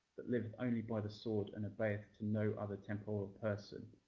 that live only by the sword and obeyeth to no other temporal person,